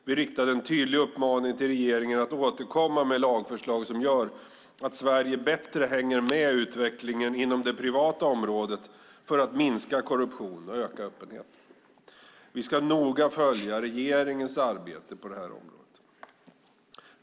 Vi riktade en tydlig uppmaning till regeringen att återkomma med lagförslag som gör att Sverige bättre hänger med i utvecklingen inom det privata området för att minska korruption och öka öppenheten. Vi ska noga följa regeringens arbete på detta område.